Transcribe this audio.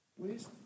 Please